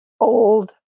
old